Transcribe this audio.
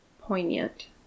poignant